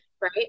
right